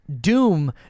doom